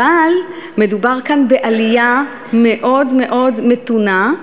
אבל מדובר כאן בעלייה מאוד מאוד מתונה.